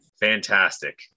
Fantastic